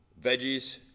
Veggies